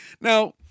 Now